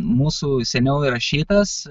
mūsų seniau įrašytas